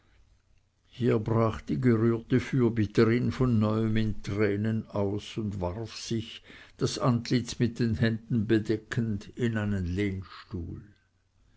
hier brach die gerührte fürbitterin von neuem in tränen aus und warf sich das antlitz mit den händen bedeckend in einen lehnstuhl